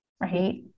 right